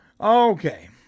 Okay